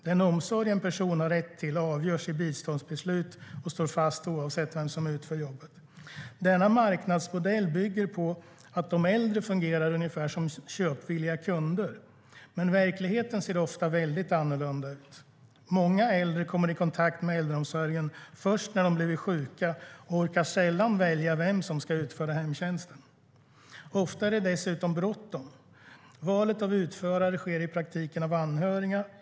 Den omsorg en person har rätt till avgörs i biståndsbeslutet, och står fast oavsett vem som utför jobbet. Denna marknadsmodell bygger på att de äldre fungerar ungefär som köpvilliga kunder. Men verkligheten ser ofta väldigt annorlunda ut. Många äldre kommer i kontakt med äldreomsorgen först när de blivit sjuka och orkar sällan välja vem som ska utföra hemtjänsten. Ofta är det dessutom bråttom. Valet av utförare sker i praktiken av anhöriga.